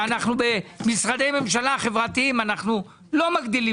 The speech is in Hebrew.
למשרדי ממשלה חברתיים אנחנו לא מגדילים